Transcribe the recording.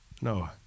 No